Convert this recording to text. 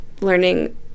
learning